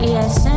Yes